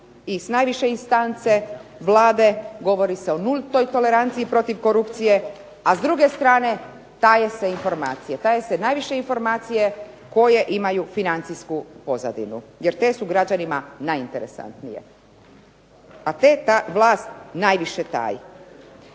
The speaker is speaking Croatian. i sa najviše istance Vlade, govori se o nultoj toleranciji protiv korupcije, a s druge strane taje se informacije, taje se najviše informacije koje imaju financijsku pozadinu jer te su građanima najinteresantnije, a ta vlast najviše taji.